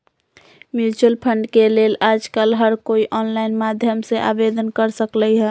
mutual fund के लेल आजकल हर कोई ऑनलाईन माध्यम से आवेदन कर सकलई ह